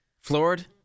floored